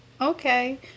Okay